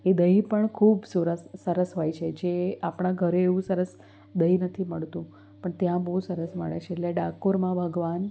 એ દહીં પણ ખૂબ સુરસ સરસ હોય છે જે આપણાં ઘરે એવું સરસ દહીં નથી મળતું પણ ત્યાં બહુ સરસ મળે છે એટલે ડાકોરમાં ભગવાન